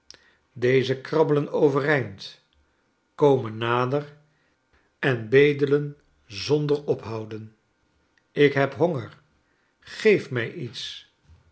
deze krabbelen overeind komen nader en bedelen zonder ophouden ik heb honger geef mi iets